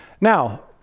Now